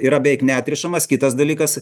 yra beveik neatrišamas kitas dalykas